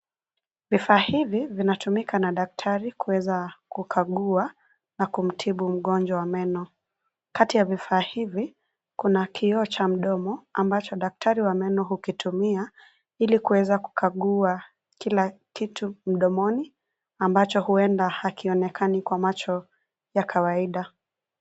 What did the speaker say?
Vifaa hivi vinatumika na daktari kuweza kukagua, na kumtibu mngonjwa wa meno, kati ya vifaa hivi, kuna kioo cha mdomo ambacho daktari wa meno hukitumia, ilikuweza kukagua, kila, kitu mdomoni, ambacho huenda hakionekani kwa macho, ya kawaida.